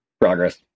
progress